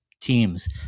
teams